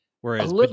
whereas